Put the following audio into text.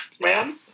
man